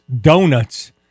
Donuts